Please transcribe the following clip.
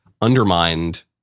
undermined